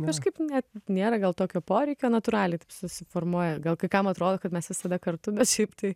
kažkaip net nėra gal tokio poreikio natūraliai taip susiformuoja gal kai kam atrodo kad mes visada kartu bet šiaip tai